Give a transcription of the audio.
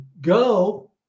go